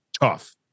tough